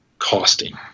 Costing